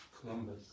Columbus